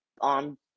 on